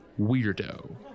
weirdo